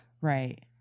Right